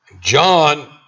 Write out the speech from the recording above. John